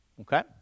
okay